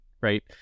right